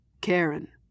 Karen